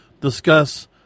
discuss